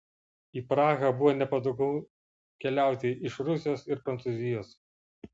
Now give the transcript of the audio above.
į prahą buvo nepatogu keliauti iš rusijos ir prancūzijos